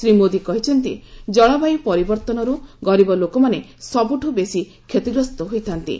ଶ୍ରୀ ମୋଦୀ କହିଛନ୍ତି ଜଳବାୟୁ ପରିବର୍ତ୍ତନରୁ ଗରିବ ଲୋକମାନେ ସବୁଠୁ ବେଶି କ୍ଷତିଗ୍ରସ୍ତ ହୋଇଥାନ୍ତି